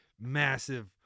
massive